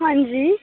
आं जी